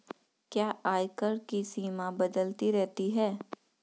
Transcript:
क्या आयकर की सीमा बदलती रहती है?